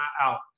out